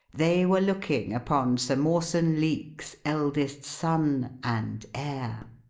they were looking upon sir mawson leake's eldest son and heir!